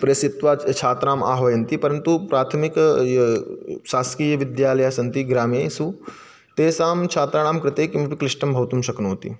प्रेषयित्वा ज् छात्रान् आह्वयन्ति परन्तु प्राथमिक य् शासकीयविद्यालयाः सन्ति ग्रामेषु तेषां छात्राणां कृते किमपि क्लिष्टं भवितुं शक्नोति